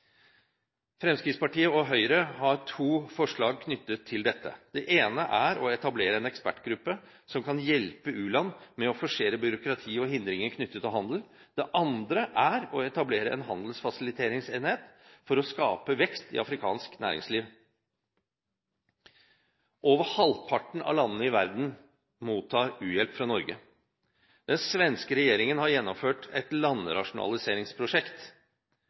Fremskrittspartiet og Høyre har to forslag knyttet til dette. Det ene er å etablere en ekspertgruppe som kan hjelpe u-land med å forsere byråkrati og hindringer knyttet til handel. Det andre er å etablere en handelsfasiliteringsenhet for å skape vekst i afrikansk næringsliv. Over halvparten av landene i verden mottar u-hjelp fra Norge. Den svenske regjeringen har gjennomført et landrasjonaliseringsprosjekt.